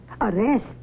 Arrest